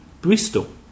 Bristol